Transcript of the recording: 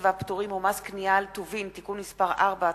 והפטורים ומס קנייה על טובין (תיקון מס' 4),